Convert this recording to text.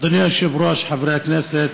אדוני היושב-ראש, חברי הכנסת,